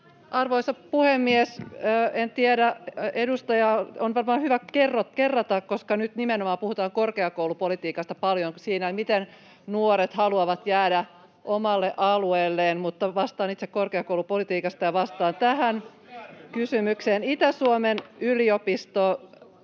Arvoisa puhemies! En tiedä, edustaja, on varmaan hyvä kerrata, koska nyt nimenomaan puhutaan korkeakoulupolitiikasta paljon siinä, [Niina Malm: Toisesta asteesta!] miten nuoret haluavat jäädä omalle alueelleen. — Mutta vastaan itse korkeakoulupolitiikasta ja vastaan tähän kysymykseen. [Hälinää